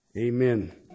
Amen